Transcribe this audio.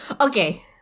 Okay